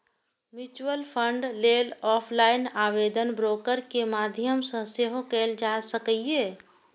mutual fund लेल offline आवेदन broker के माध्यम सं सेहो कैल जा सकैए